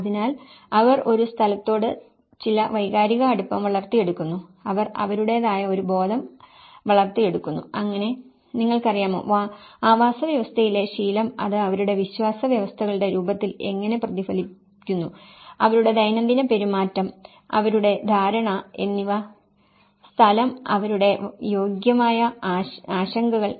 അതിനാൽ അവർ ഒരു സ്ഥലത്തോട് ചില വൈകാരിക അടുപ്പം വളർത്തിയെടുക്കുന്നു അവർ അവരുടേതായ ഒരു ബോധം വളർത്തിയെടുക്കുന്നു അങ്ങനെ നിങ്ങൾക്കറിയാമോ ആവാസവ്യവസ്ഥയിലെ ശീലം അത് അവരുടെ വിശ്വാസ വ്യവസ്ഥകളുടെ രൂപത്തിൽ എങ്ങനെ പ്രതിഫലിക്കുന്നു അവരുടെ ദൈനംദിന പെരുമാറ്റം അവരുടെ ധാരണ എന്നിവ സ്ഥലം അവരുടെ യോഗ്യമായ ആശങ്കകൾ